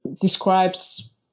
describes